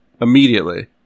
immediately